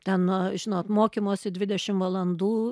ten nu žinot mokymosi dvidešim valandų